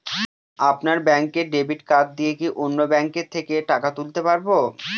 আপনার ব্যাংকের debit card দিয়ে কি অন্য ব্যাংকের থেকে টাকা তুলতে পারবো?